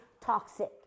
toxic